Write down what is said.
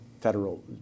federal